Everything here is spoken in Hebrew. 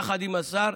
יחד עם השר,